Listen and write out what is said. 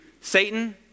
Satan